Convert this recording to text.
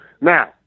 Now